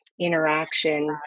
interaction